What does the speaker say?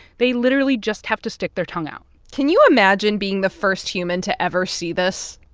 they literally just have to stick their tongue out can you imagine being the first human to ever see this?